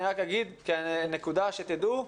אני רק אגיד נקודה, שתדעו,